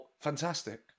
fantastic